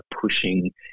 pushing